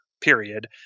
Period